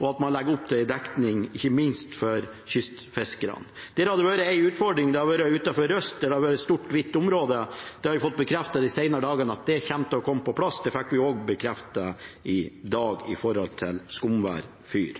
og at man legger opp til en dekning ikke minst for kystfiskerne. Der har det vært en utfordring utenfor Røst, der det har vært et stort hvitt område, og vi har fått bekreftet de senere dagene at det kommer på plass, og det fikk vi også bekreftet i dag når det gjelder Skomvær fyr.